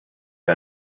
für